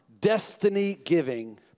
destiny-giving